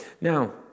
Now